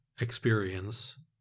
experience